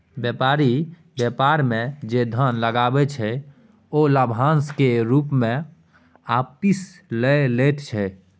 बेपारी बेपार मे जे धन लगबै छै ओ लाभाशं केर रुप मे आपिस लए लैत छै